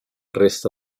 resta